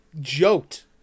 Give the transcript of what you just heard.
joked